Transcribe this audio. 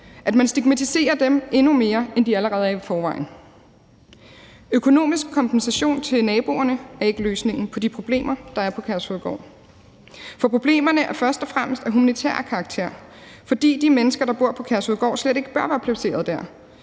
asylansøgere – endnu mere, end de allerede er i forvejen. Økonomisk kompensation til naboerne er ikke løsningen på de problemer, der er på Kærshovedgård. For problemerne er først og fremmest af humanitær karakter, fordi de mennesker, der bor på Kærshovedgård, slet ikke bør være placeret der